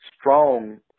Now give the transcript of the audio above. strong